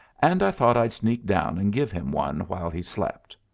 and i thought i'd sneak down and give him one while he slept.